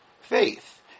faith